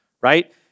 right